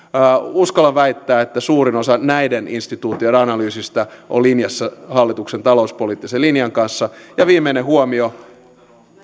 uskallan väittää että suurin osa näiden instituutioiden analyysista on linjassa hallituksen talouspoliittisen linjan kanssa ja viimeinen huomio